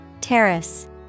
Terrace